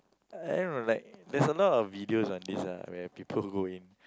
I don't know like there's a lot of videos on this lah where people who go in